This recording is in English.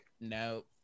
No